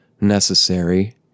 necessary